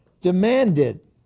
demanded